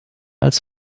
als